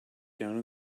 down